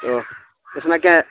تو اس اسنا کہ